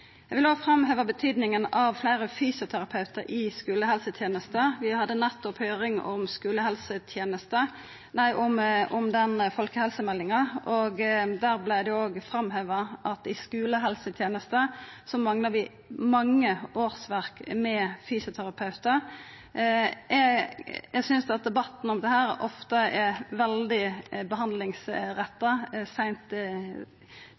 eg forstår det, stoppar dette no opp i departementet. Eg vil òg framheva kor viktig det er med fleire fysioterapeutar i skulehelsetenesta. Vi hadde nettopp høyring om folkehelsemeldinga, og der vart det framheva at i skulehelsetenesta manglar vi mange årsverk med fysioterapeutar. Eg synest debatten om dette ofte